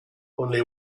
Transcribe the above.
only